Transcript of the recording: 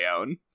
own